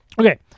Okay